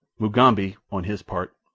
mugambi, on his part,